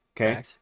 okay